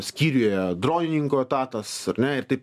skyriuje dronininko etatas ar ne ir taip